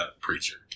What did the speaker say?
preacher